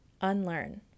unlearn